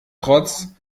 trotz